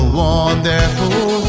wonderful